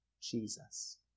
Jesus